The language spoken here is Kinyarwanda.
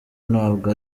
ntabwo